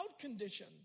condition